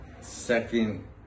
second